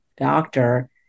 doctor